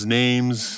names